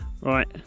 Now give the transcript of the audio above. Right